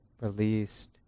released